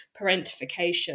parentification